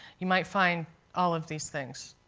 you might find all of these things.